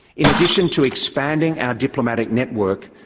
in addition to expanding our diplomatic network,